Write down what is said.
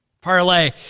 parlay